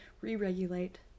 re-regulate